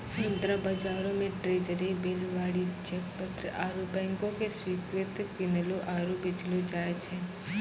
मुद्रा बजारो मे ट्रेजरी बिल, वाणिज्यक पत्र आरु बैंको के स्वीकृति किनलो आरु बेचलो जाय छै